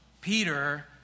Peter